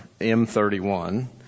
M31